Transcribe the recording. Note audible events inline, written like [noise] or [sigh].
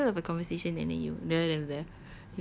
I'm in the middle of the conversation then you [noise]